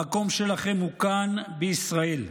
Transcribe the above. המקום שלכם הוא כאן בישראל,